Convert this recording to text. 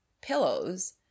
pillows